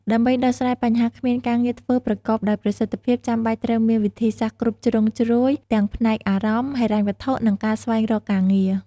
ដើម្បីដោះស្រាយបញ្ហាគ្មានការងារធ្វើប្រកបដោយប្រសិទ្ធភាព ចាំបាច់ត្រូវមានវិធីសាស្ត្រគ្រប់ជ្រុងជ្រោយទាំងផ្នែកអារម្មណ៍ ហិរញ្ញវត្ថុ និងការស្វែងរកការងារ។